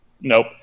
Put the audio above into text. Nope